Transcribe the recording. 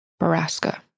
Baraska